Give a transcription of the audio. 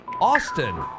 Austin